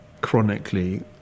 chronically